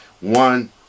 One